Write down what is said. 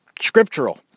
scriptural